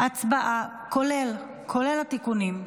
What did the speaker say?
כולל התיקונים.